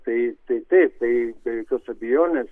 tai taip tai tai be jokios abejonės